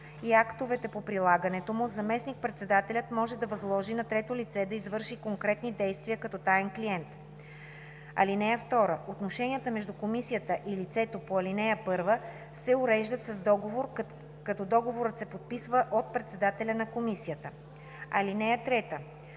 и актовете по прилагането му, заместник-председателят може да възложи на трето лице да извърши конкретни действия като таен клиент. (2) Отношенията между комисията и лицето по ал. 1 се уреждат с договор, като договорът се подписва от председателя на комисията. (3)